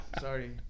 Sorry